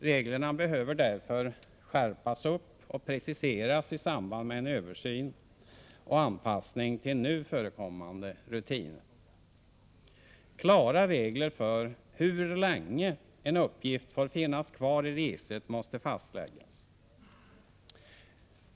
Reglerna behöver därför skärpas upp och preciseras i samband med en översyn och anpassning till nu förekommande rutiner. Klara regler för hur länge en uppgift får finnas kvar i registret måste fastläggas.